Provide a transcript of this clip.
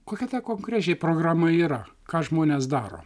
kokia ta konkrečiai programa yra ką žmonės daro